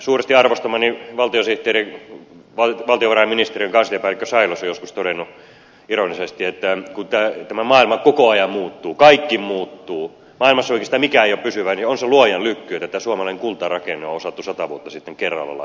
suuresti arvostamani valtiosihteeri valtiovarainministeriön kansliapäällikkö sailas on joskus todennut ironisesti että kun tämä maailma koko ajan muuttuu kaikki muuttuu maailmassa oikeastaan mikään ei ole pysyvää niin on se luojan lykky että tämä suomalainen kuntarakenne on osattu sata vuotta sitten kerralla laittaa kuntoon